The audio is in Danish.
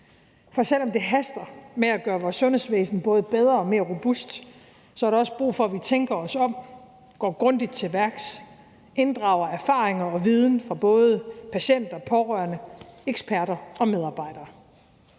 for selv om det haster med at gøre vores sundhedsvæsen både bedre og mere robust, så er der også brug for, at vi tænker os om, går grundigt til værks, inddrager erfaringer og viden fra både patienter, pårørende, eksperter og medarbejdere.